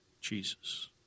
Jesus